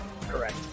Correct